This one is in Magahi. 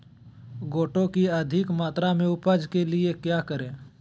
गोटो की अधिक मात्रा में उपज के लिए क्या करें?